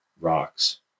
rocks